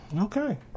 Okay